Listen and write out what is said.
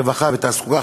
ברווחה ובתעסוקה,